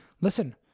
listen